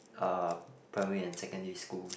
uh primary and secondary schools